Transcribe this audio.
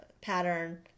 pattern